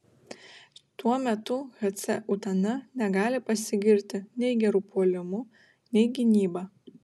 tuo metu hc utena negali pasigirti nei geru puolimu nei gynyba